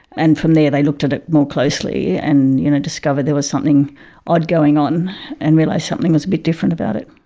and from there they looked at it more closely and you know discovered there was something odd going on and realised something was a bit different about it.